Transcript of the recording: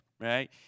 Right